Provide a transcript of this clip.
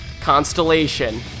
constellation